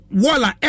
wala